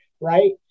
Right